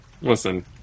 Listen